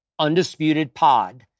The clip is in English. UndisputedPod